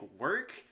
work